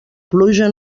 pluja